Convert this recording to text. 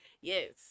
Yes